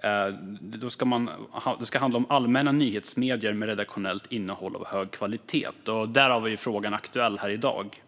- det ska röra sig om allmänna nyhetsmedier med redaktionellt innehåll av hög kvalitet. Därför är frågan aktuell här i dag.